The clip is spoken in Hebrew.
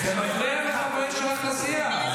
זה מפריע לחברים שלך לסיעה.